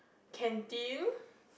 canteen